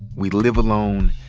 we live alone,